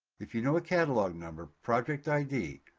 if you know a catalog number, project id,